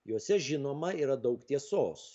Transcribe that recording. jose žinoma yra daug tiesos